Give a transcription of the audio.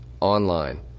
online